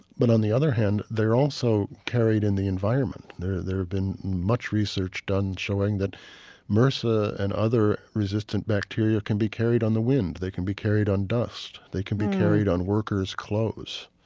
but on the other hand, they're also carried in the environment. there has been much research done showing that mrsa and other resistant bacteria can be carried on the wind, they can be carried on dust, they can be carried on workers' clothes